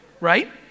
right